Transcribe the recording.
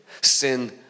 sin